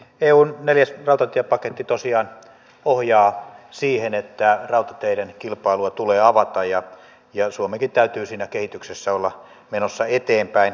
eun neljäs rautatiepaketti tosiaan ohjaa siihen että rautateiden kilpailua tulee avata ja suomenkin täytyy siinä kehityksessä olla menossa eteenpäin